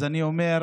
אז אני אומר: